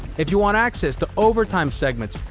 if you want access to overtime segments,